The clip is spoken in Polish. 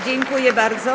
Dziękuję bardzo.